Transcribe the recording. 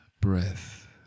breath